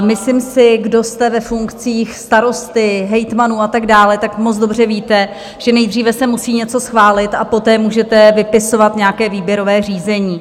Myslím si, kdo jste ve funkcích starosty, hejtmanů a tak dále, tak moc dobře víte, že nejdříve se musí něco schválit, a poté můžete vypisovat nějaké výběrové řízení.